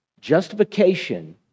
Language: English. Justification